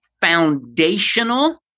foundational